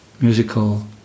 musical